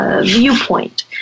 viewpoint